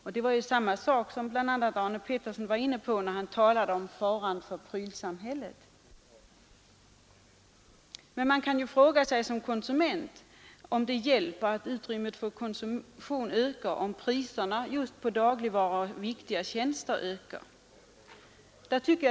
Arne Pettersson var inne på detta när han talade om faran av ”prylsamhället”. Som konsument kan man fråga sig om det hjälper att utrymmet för konsumtion ökar om priserna på dagligvaror och viktiga tjänster stiger.